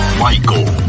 michael